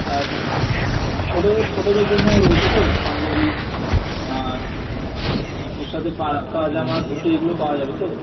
আর ছোটদের ছোটদের জন্যও রয়েছে তো পাঞ্জাবির ওর সাথে পায়জামা ধুতি এগুলো পাওয়া যাবে তো